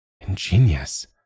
Ingenious